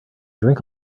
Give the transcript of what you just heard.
drink